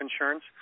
insurance